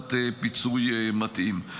ולקבלת פיצוי מתאים.